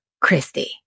Christy